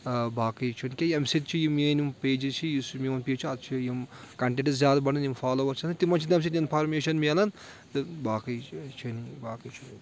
باقٕے چھُنہٕ کیٛاہ ییٚمہِ سۭتۍ چھِ یِم میٲنۍ یِم پیجِز چھِ یُس میون پیج چھِ اَتھ چھِ یِم کَنٹینٹٕس زیادٕ بڑان یِم فالوور چھِ آسان تِمن چھِ تمہِ سۭتۍ اِنفارمیشَن مِلان تہٕ باقٕے چھُنہٕ باقٕے چھُ